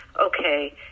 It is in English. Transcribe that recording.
okay